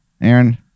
Aaron